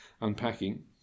unpacking